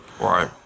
Right